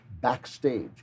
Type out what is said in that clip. backstage